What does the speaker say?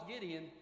Gideon